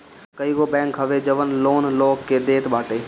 कईगो बैंक हवे जवन लोन लोग के देत बाटे